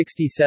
67